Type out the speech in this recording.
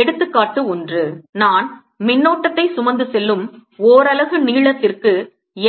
எடுத்துக்காட்டு 1 நான் மின்னோட்டத்தை சுமந்து செல்லும் ஓரலகு நீளத்திற்கு